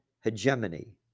hegemony